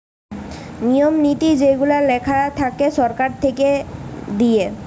নিয়ম নীতি যেগুলা লেখা থাকে সরকার থেকে দিয়ে